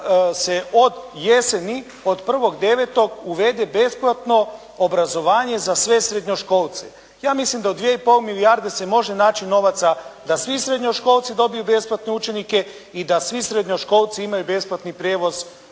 da se od jeseni, od 1.9. uvede besplatno obrazovanje za sve srednjoškolce. Ja mislim da u 2 i pol milijarde se može naći novaca da svi srednjoškolci dobiju besplatne udžbenike i da svi srednjoškolci imaju besplatni prijevoz od kuće